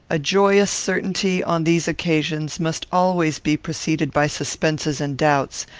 a joyous certainty, on these occasions, must always be preceded by suspenses and doubts,